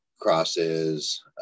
crosses